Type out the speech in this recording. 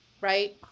right